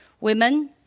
women